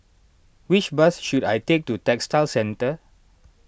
which bus should I take to Textile Centre